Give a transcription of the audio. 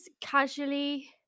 casually